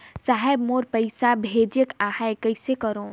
साहेब मोर पइसा भेजेक आहे, कइसे करो?